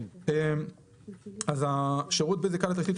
אז שירות בזיקה לתשתית,